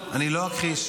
אנא תנו לשר זוהר להמשיך.